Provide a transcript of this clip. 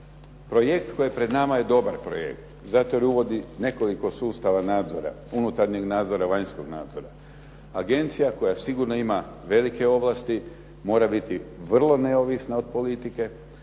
Projekt koji je pred nama je dobar projekt zato jer uvodi nekoliko sustava nadzora, unutarnjeg nadzora, vanjskog nadzora. Agencija koja sigurno ima velike ovlasti mora biti vrlo neovisna od politike,